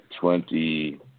twenty